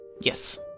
Yes